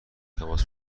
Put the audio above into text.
تماس